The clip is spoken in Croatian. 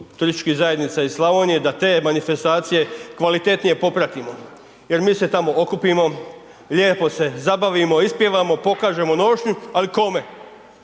turističkih zajednica iz Slavonije, da te manifestacije kvalitetnije popratimo, jer mi se tamo okupimo, lijepo se zabavimo, ispjevamo, pokažemo nošnju, ali kome?